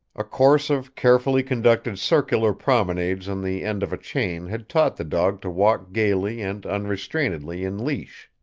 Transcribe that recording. a course of carefully-conducted circular promenades on the end of a chain had taught the dog to walk gaily and unrestrainedly in leash.